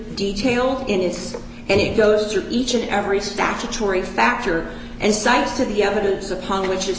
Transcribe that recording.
detailed in its and it goes through each and every statutory factor and cites to the evidence upon which is